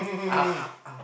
(uh huh)